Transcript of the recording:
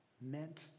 meant